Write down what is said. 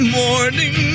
morning